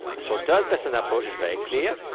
so third-person approach is very clear.